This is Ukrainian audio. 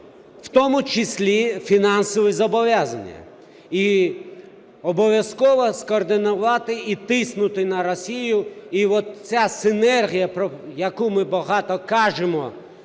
в тому числі фінансові зобов'язання. І обов'язково скоординувати і тиснути на Росію. І от ця синергія, про яку ми багато кажемо,